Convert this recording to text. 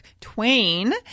Twain